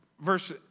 verse